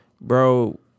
Bro